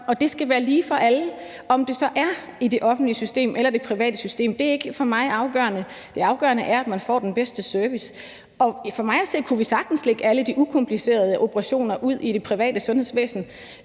og det skal være lige for alle. Om det så er i det offentlige eller i det private system, er ikke afgørende for mig. Det afgørende er, at man får den bedste service, og for mig at se kunne vi sagtens lægge alle de ukomplicerede operationer ud i det private sundhedsvæsen,